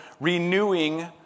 renewing